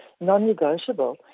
non-negotiable